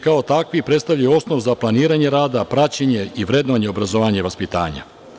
Kao takvi predstavljaju osnov za planiranje rada, praćenje i vrednovanje obrazovanja i vaspitanja.